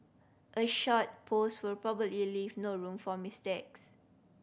a short post will probably leave no room for mistakes